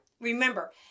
Remember